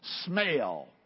smell